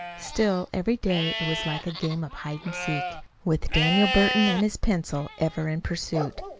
still, every day it was like a game of hide-and-seek, with daniel burton and his pencil ever in pursuit,